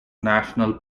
national